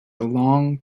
long